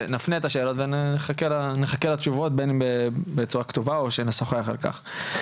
ונחכה לתשובות בין אם בצורה כתובה או שנשוחח על כך.